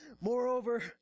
Moreover